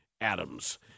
adams